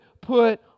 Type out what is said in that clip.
put